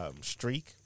streak